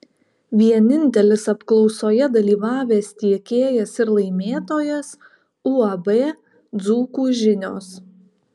vienintelis apklausoje dalyvavęs tiekėjas ir laimėtojas uab dzūkų žinios